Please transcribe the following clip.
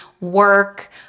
work